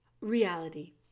reality